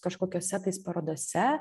kažkokiose parodose